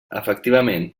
efectivament